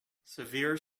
severe